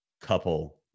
couple